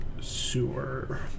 sewer